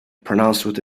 pronounced